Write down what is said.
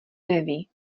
neví